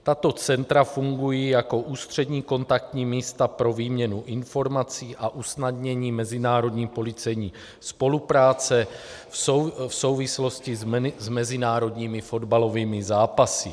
Tato centra fungují jako ústřední kontaktní místa pro výměnu informací a usnadnění mezinárodní policejní spolupráce v souvislosti s mezinárodními fotbalovými zápasy.